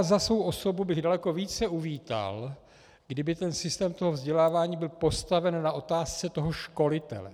Za svou osobu bych daleko více uvítal, kdyby systém vzdělávání byl postaven na otázce toho školitele.